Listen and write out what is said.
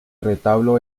retablo